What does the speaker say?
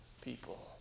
People